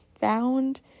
found